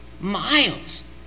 miles